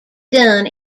done